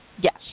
Yes